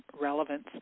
relevance